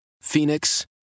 Phoenix